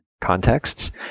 contexts